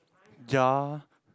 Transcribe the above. jar